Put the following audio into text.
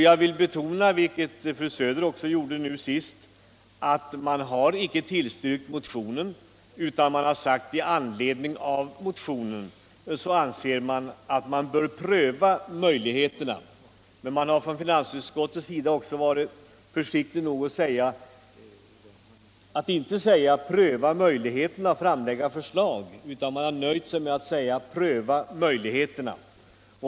Jag vill betona — vilket fru Söder också gjorde nu senast - att man icke har tillstyrkt motionen utan utskottet har sagt att man i anledning av motionen anser att möjligheterna bör prövas. Men finansutskottet har varit försiktigt nog att inte säga ”pröva möjligheterna och framlägga förslag”, utan man har nöjt sig med att säga ”pröva möjligheterna”.